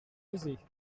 oser